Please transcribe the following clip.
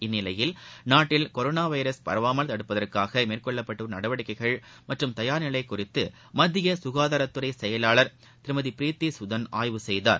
இந்நிலையில் நாட்டில் corona virus பரவாமல் தடுப்பதற்காக மேற்கொள்ளப்பட்டுவரும் நடவடிக்கைகள் மற்றும் தயார்நிலை குறித்து மத்திய சுகாதாரத் துறை செயலாளர் திருமதி ப்ரீத்தி குதன் ஆய்வு செய்தார்